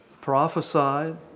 prophesied